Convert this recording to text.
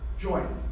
Join